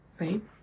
right